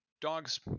Dogs